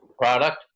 product